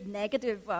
negative